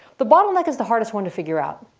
the bottleneck is the hardest one to figure out.